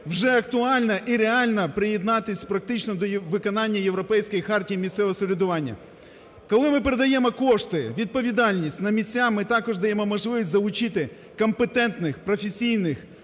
вже актуально і реально приєднатись практично до виконання Європейської хартії місцевого самоврядування. Коли ми передаємо кошти, відповідальність на місця, ми також даємо можливість залучити компетентних, професійних